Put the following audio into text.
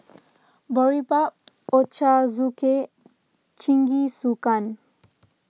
Boribap Ochazuke Jingisukan